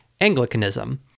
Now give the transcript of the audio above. Anglicanism